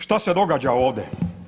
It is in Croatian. Šta se događa ovdje?